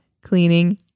cleaning